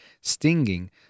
stinging